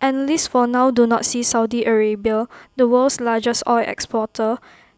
analysts for now do not see Saudi Arabia the world's largest oil exporter